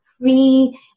free